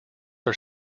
are